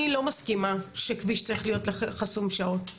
אני לא מסכימה שכביש צריך להיות חסום שעות,